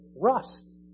rust